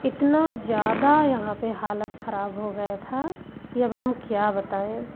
इतना ज़्यादा यहाँ पर हालत खराब हो गया था कि अब हम क्या बताएँ